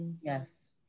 Yes